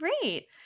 great